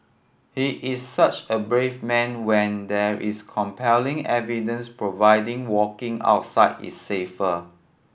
he is such a brave man when there is compelling evidence providing walking outside is safer